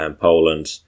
Poland